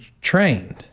trained